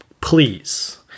please